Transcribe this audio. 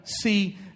see